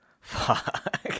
Fuck